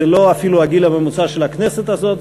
זה לא אפילו הגיל הממוצע של הכנסת הזאת,